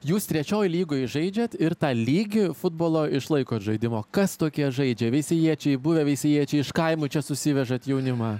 jūs trečioj lygoj žaidžiat ir tą lygį futbolo išlaikot žaidimo kas tokie žaidžia veisiejiečiai buvę veisiejiečiai iš kaimų čia susivežat jaunimą